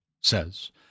says